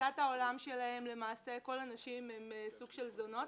בתפיסת העולם שלהם כל הנשים הן סוג של זונות.